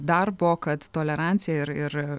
darbo kad tolerancija ir ir